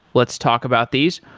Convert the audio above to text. let's talk about these.